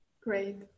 Great